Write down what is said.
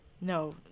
No